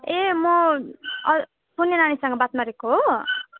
ए म सुनि नानीसँग बात मारेको हो